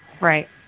Right